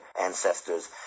ancestors